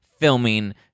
filming